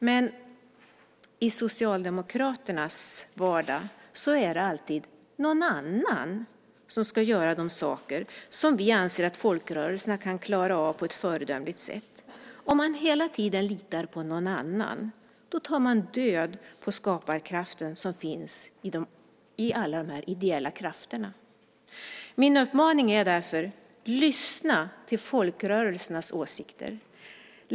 Men i Socialdemokraternas vardag är det alltid "någon annan" som ska göra de saker som vi anser att folkrörelserna kan klara av på ett föredömligt sätt. Om man hela tiden litar på "någon annan" tar man död på skaparkraften som finns i de ideella krafterna. Min uppmaning är därför: Lyssna till folkrörelsernas åsikter!